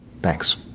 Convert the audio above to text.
Thanks